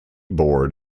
board